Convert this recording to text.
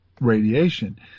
radiation